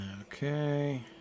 Okay